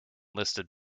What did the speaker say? listed